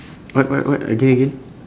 what what what again again